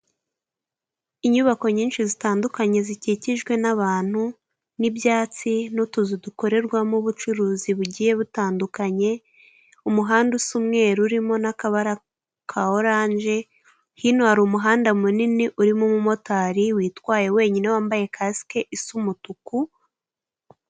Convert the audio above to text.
Inyubako nyinshi zitandukanye zikikijwe n'abantu n'ibyatsi, n'utuzu dukorerwamo ubucuruzi bugiye butandukanye, umuhanda usa umweru urimo n'akabara ka oranje. Hino hari umuhanda munini urimo umumotari witwaye wenyine wambaye kasike isa umutuku...